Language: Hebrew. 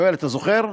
יואל, אתה זוכר?